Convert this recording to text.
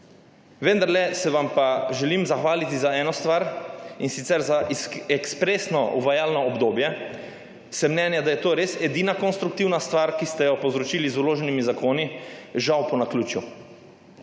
Vendarle se vam pa želim zahvaliti za eno stvar, in sicer za ekspresno uvajalno obdobje. Sem mnenja, da je to res edina konstruktivna stvar, ki ste jo povzročili z vloženimi zakoni, žal po naključju.